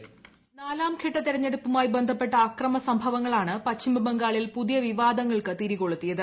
voice നാലാംഘട്ട തെരഞ്ഞെടുപ്പുമായി ബന്ധപ്പെട്ട അക്രമസംഭവ ങ്ങളാണ് പശ്ചിമബംഗാളിൽ പുതിയ വിവാദങ്ങൾക്ക് തിരികൊളു ത്തിയത്